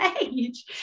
age